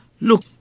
Look